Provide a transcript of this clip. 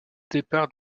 départ